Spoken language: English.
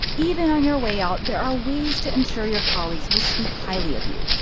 even on your way out, there are ways to ensure your colleagues will speak highly of you,